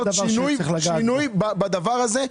לעשות שינוי בזה,